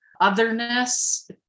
otherness